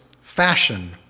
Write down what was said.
fashion